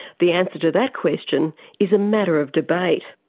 the answer to that question is a matter of debate.